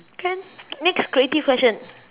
can next creative question